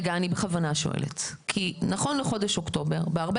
בכוונה שואלת כי נכון לחודש אוקטובר בהרבה